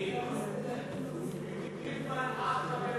אדוני היושב-ראש, חברי חברי